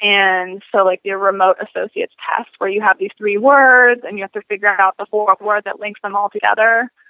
and so like their remote associates passed where you have these three words and you have to figure out out the fourth word that links them altogether.